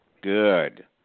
Good